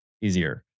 easier